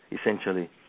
essentially